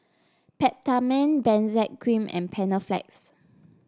Peptamen Benzac Cream and Panaflex